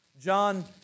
John